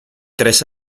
tres